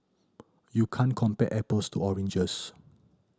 you can't compare apples to oranges